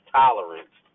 tolerance